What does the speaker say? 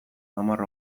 hamar